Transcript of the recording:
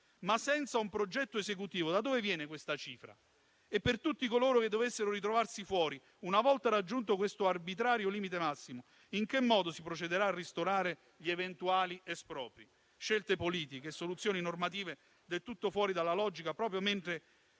Ma senza un progetto esecutivo, da dove viene questa cifra? E per tutti coloro che dovessero ritrovarsi fuori, una volta raggiunto questo arbitrario limite massimo, in che modo si procederà a ristorare gli eventuali espropri? Scelte politiche e soluzioni normative del tutto fuori dalla logica, proprio mentre